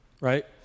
right